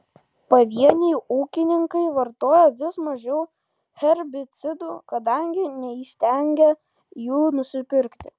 pavieniai ūkininkai vartoja vis mažiau herbicidų kadangi neįstengia jų nusipirkti